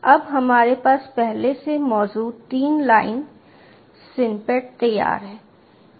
अब हमारे पास पहले से मौजूद तीन लाइन स्निपेट तैयार है